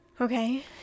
okay